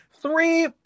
three